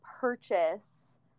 purchase